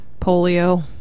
polio